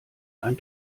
ein